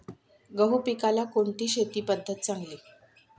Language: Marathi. गहू पिकाला कोणती शेती पद्धत चांगली?